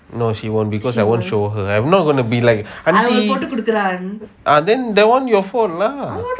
no she won't because I won't show her I will not going be like auntie uh that one that one your fault lah